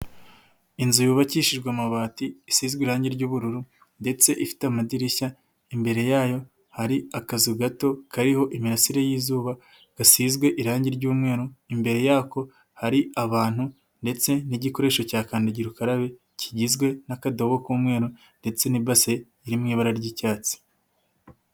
Inzu yubakishijwe amabati isizezwe irangi ry'ubururu ndetse ifite amadirishya imbere yayo hari akazu gato kariho imirasire y'izuba gasizwe irangi ry'umweru, imbere yako hari abantu ndetse n'igikoresho cya kandagira ukarabe kigizwe n'akadobo k'umweru ndetse n'ibase iri mu ibara ry'icyatsi.